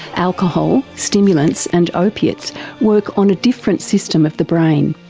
alcohol, stimulants and opiates work on a different system of the brain.